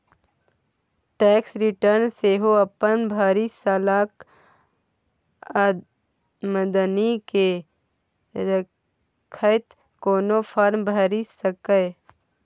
tax return सेहो अपन भरि सालक आमदनी केँ देखैत कोनो फर्म भरि सकैए